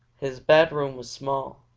his bedroom was small,